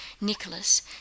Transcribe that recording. Nicholas